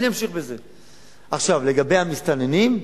לגבי המסתננים,